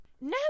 No